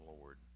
Lord